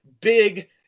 big